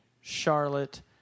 Charlotte